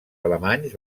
alemanys